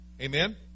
Amen